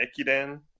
Ekiden